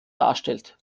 darstellt